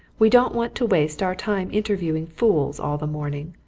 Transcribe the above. we don't want to waste our time interviewing fools all the morning.